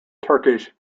turkish